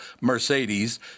Mercedes